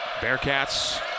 Bearcats